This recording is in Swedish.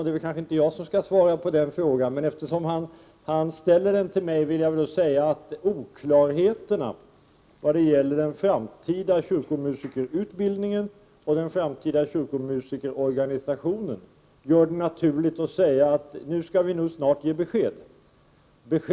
Det är kanske inte jag som skall svara på den frågan, men eftersom han ställer den till mig vill jag säga: Oklarheten vad gäller den framtida kyrkomusikerutbildningen och den framtida kyrkomusikerorganisationen gör det naturligt att ganska snart ge besked.